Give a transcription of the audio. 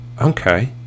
Okay